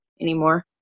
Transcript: anymore